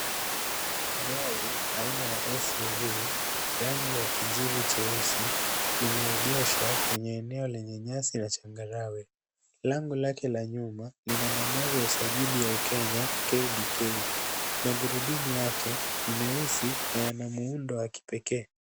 Gari aina ya SUV rangi ya kijivu cheusi limeegeshwa kwenye eneo lenye nyasi na changarawe, lango lake la nyuma lina nambari ya usajili ya ukenya KDK, magurudumu yake ni meusi na yana muundo wa kipekee.